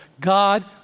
God